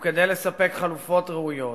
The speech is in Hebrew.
וכדי לספק חלופות ראויות,